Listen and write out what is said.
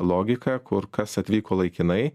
logika kur kas atvyko laikinai